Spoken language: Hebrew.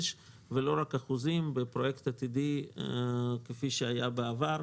ולא רק אחוזים בפרויקט עתידי כפי שהיה בעבר.